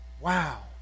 wow